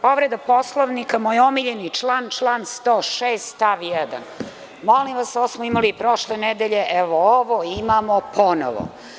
Povreda Poslovnika, moj omiljeni član, član 106. stav 1. Molim vas, ovo smo imali i prošle nedelje, evo, ovo imamo ponovo.